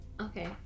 Okay